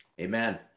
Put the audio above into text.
amen